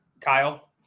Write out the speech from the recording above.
Kyle